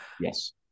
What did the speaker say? Yes